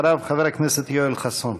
אחריו, חבר הכנסת יואל חסון.